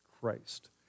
Christ